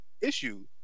issue